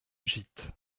gite